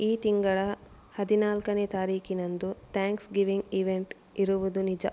ಈ ತಿಂಗಳ ಹದಿನಾಲ್ಕನೇ ತಾರೀಕಿನಂದು ತ್ಯಾಂಕ್ಸ್ ಗೀವಿಂಗ್ ಈವೆಂಟ್ ಇರುವುದು ನಿಜ